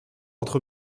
entre